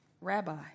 rabbi